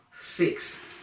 six